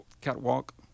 catwalk